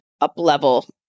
up-level